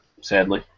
sadly